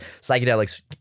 psychedelics